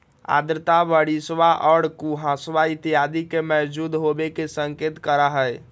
आर्द्रता बरिशवा और कुहसवा इत्यादि के मौजूद होवे के संकेत करा हई